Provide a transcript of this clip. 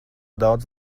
daudz